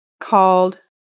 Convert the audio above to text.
called